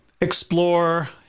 explore